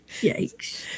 yikes